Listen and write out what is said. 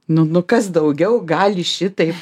nu nu kas daugiau gali šitaip